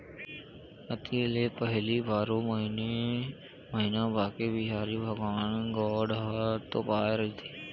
अक्ती ले पहिली बारो महिना बांके बिहारी भगवान के गोड़ ह तोपाए रहिथे